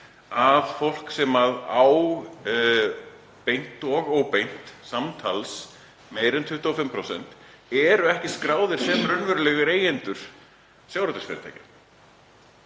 að fólk sem á beint og óbeint samtals meira en 25% er ekki skráð sem raunverulegir eigendur sjávarútvegsfyrirtækjanna.